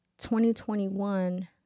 2021